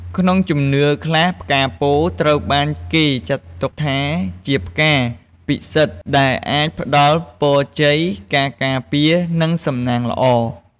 ក្នុងជំនឿខ្លះ ផ្កាពោធិ៍ត្រូវបានគេចាត់ទុកថាជាផ្កាពិសិដ្ឋដែលអាចផ្តល់ ពរជ័យ ការការពារ និងសំណាងល្អ។